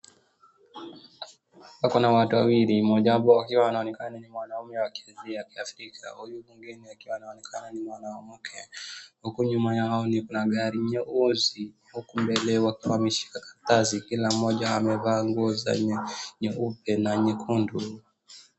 Hapa kuna watu wawili, mmoja hapo akiwa anaonekana ni mwanaume wa jinsia ya kiafrika. Huyu mwingine akiwa anaonekana ni mwanamke, huku nyuma yao kuna gari nyeusi, huku mbele wakiwa wameshika karatasi. Kila mmoja amevaa nguo za nyeupe na nyekundu.